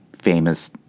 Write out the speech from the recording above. famous